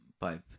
pipe